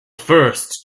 first